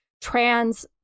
trans